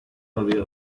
olvidados